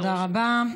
תודה רבה.